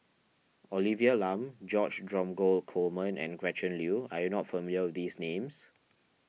Olivia Lum George Dromgold Coleman and Gretchen Liu are you not familiar with these names